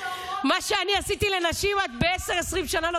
יש פה עשרות חברות